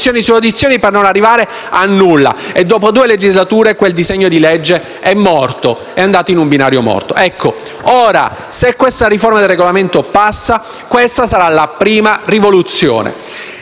Se questa riforma del Regolamento passerà, questa sarà la prima rivoluzione.